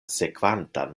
sekvantan